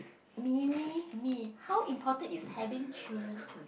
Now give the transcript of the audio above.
mini me how important is having children to